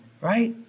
Right